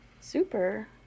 Super